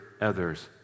others